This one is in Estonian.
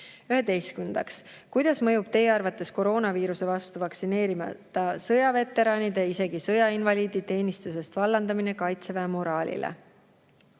Üheteistkümnendaks: "Kuidas mõjub Teie arvates koroonaviiruse vastu vaktsineerimata sõjaveteranide ja isegi sõjainvaliidi teenistusest vallandamine kaitseväe moraalile?"